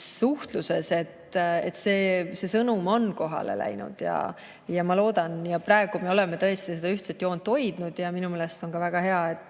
suhtluses, et see sõnum on kohale läinud. Ma loodan. Praegu me oleme tõesti seda ühtset joont hoidnud ja minu meelest on väga hea, et